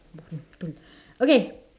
okay don't okay